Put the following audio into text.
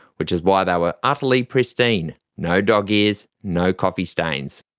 which is why they were utterly pristine no dog-ears, no coffee stains.